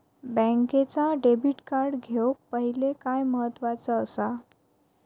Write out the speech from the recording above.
बँकेचा debit card घेउक पाहिले काय महत्वाचा असा?